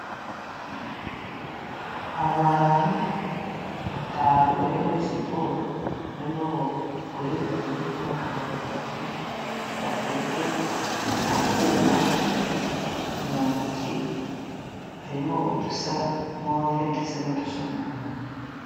Abantu batanu bari muri siporo harimo abagore babiri n'abagabo batatu bafite akuma mu ntoki harimo udusa move ndetse n'udusa umuhondo.